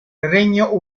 regno